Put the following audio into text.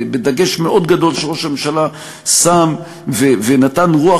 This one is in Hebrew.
בדגש מאוד גדול שראש הממשלה שם ונתן רוח